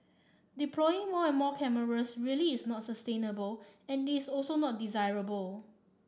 deploying more and more cameras really is not sustainable and it's also not desirable